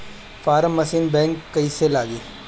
Form machine back कईसे लागी?